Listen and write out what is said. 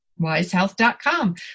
wisehealth.com